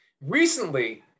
Recently